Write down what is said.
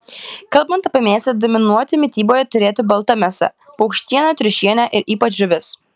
kalbant apie mėsą dominuoti mityboje turėtų balta mėsa paukštiena triušiena ir ypač žuvis